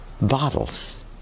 bottles